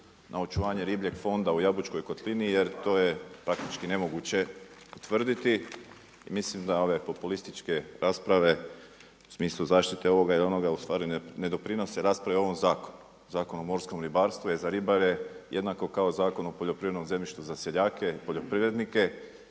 na očuvanje ribljeg fonda u Jabučkoj kotlini, jer to je praktički nemoguće tvrditi, mislim da ove populističke rasprave u smislu zaštite ovoga ili onoga u stvari ne doprinose raspravi o ovom zakonu, Zakonu o morskom ribarstvu je za ribare jednako kao Zakon o poljoprivrednom zemljištu za seljake, poljoprivrednike